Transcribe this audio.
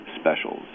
specials